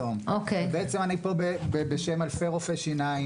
בעצם אני פה בשם אלפי רופאי שיניים.